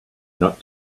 not